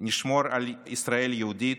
ונשמור על ישראל יהודית,